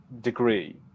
degree